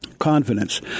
Confidence